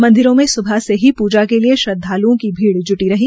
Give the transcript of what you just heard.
मदिरों में सुबह से ही पूजा के लिये श्रद्वाल्ओं की भीड़ ज्टी रही